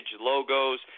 logos